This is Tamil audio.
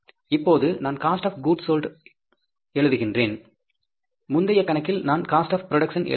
இப்போது நான் காஸ்ட் ஆப் கூட்ஸ் சோல்ட் எழுதுகிறேன் முந்தைய கணக்கில் நான் காஸ்ட் ஆப் ப்ரொடக்ஷன் எழுதினேன்